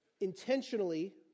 intentionally